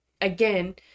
again